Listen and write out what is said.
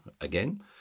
again